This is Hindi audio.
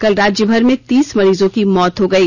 कल राज्यभर में तीस मरीजों की मौत हो गई